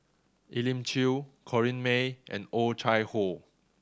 Elim Chew Corrinne May and Oh Chai Hoo